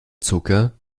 zucker